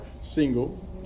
single